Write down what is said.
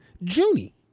Junie